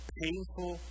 painful